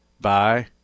bye